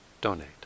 donate